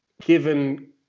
given